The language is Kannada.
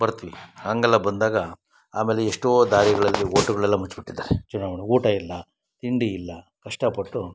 ಬರ್ತೀವಿ ಹಂಗೆಲ್ಲ ಬಂದಾಗ ಆಮೇಲೆ ಎಷ್ಟೋ ದಾರಿಗಳಲ್ಲಿ ವೋಟುಗಳೆಲ್ಲ ಮುಚ್ಚಿಬಿಟ್ಟಿದ್ದಾರೆ ಚುನಾವಣೆ ಊಟ ಇಲ್ಲ ತಿಂಡಿ ಇಲ್ಲ ಕಷ್ಟಪಟ್ಟು